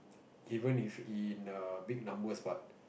even if in big numbers but